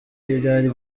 byari